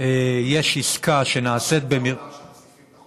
יש עסקה שנעשית יצאה הודעה